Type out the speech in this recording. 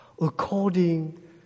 according